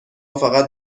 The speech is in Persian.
فقط